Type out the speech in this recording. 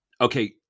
Okay